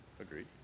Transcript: Agreed